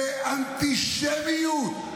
זה אנטישמיות.